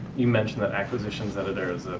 you mention that acquisitions editors'